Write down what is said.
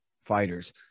fighters